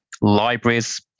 Libraries